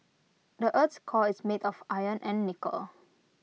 the Earth's core is made of iron and nickel